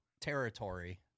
territory